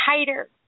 tighter